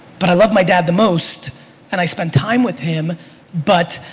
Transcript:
but i love my dad the most and i spent time with him but,